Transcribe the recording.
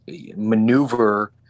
maneuver